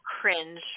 cringe